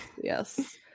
Yes